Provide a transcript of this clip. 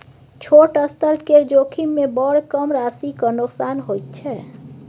छोट स्तर केर जोखिममे बड़ कम राशिक नोकसान होइत छै